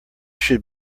should